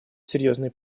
серьезные